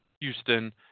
Houston